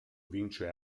vince